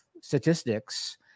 statistics